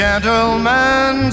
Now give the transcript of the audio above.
Gentlemen